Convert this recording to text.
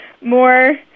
more